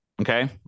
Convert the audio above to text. Okay